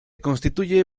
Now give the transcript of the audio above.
constituye